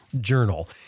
journal